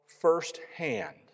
firsthand